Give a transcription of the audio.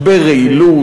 משבר רעילות,